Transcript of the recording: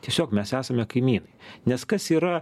tiesiog mes esame kaimynai nes kas yra